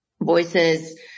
voices